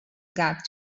got